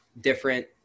different